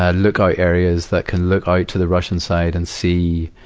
ah lookout areas that can look out to the russian side and see,